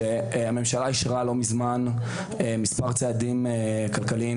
שהממשלה אישרה לא מזמן מספר צעדים כלכליים